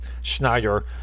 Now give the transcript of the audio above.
Schneider